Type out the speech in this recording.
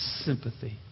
sympathy